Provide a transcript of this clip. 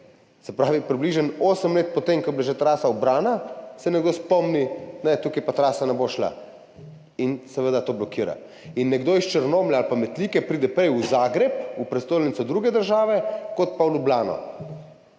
Se pravi, približno osem let po tem, ko je bila trasa že ubrana, se nekdo spomni, ne, tukaj pa trasa ne bo šla, in seveda to blokira. Nekdo iz Črnomlja ali Metlike pride prej v Zagreb, v prestolnico druge države kot pa v Ljubljano.